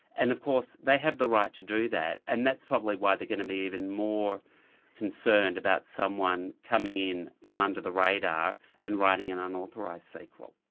and of course they have the right to do that, and that's probably why they're going to be even more concerned about someone coming in from under the radar and writing an unauthorised sequel.